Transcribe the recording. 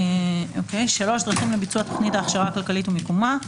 3. דרכים לביצוע תכנית ההכשרה הכלכלית ומיקומה.